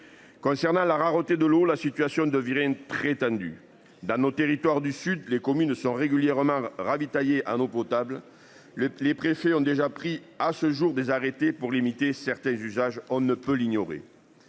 Concernant la rareté de l'eau, la situation de virer une très tendue dans nos territoires du sud. Les communes sont régulièrement ravitaillés en eau potable. Le, les préfets ont déjà pris à ce jour des arrêtés pour limiter certains usages, on ne peut l'ignorer.